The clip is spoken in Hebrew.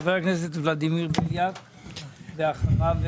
חבר הכנסת ולדימיר בליאק, בבקשה.